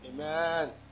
Amen